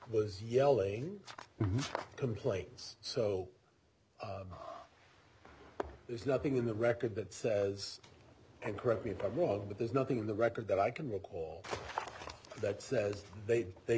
was yelling complaints so there's nothing in the record that says and correct me if i was but there's nothing in the record that i can recall that says they